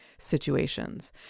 situations